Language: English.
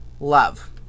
Love